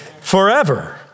forever